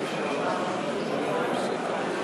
אני מקווה,